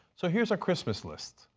so here is our christmas list,